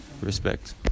respect